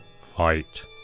fight